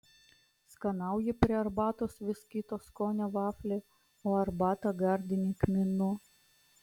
skanauji prie arbatos vis kito skonio vaflį o arbatą gardini kmynu